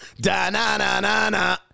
da-na-na-na-na